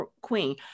queen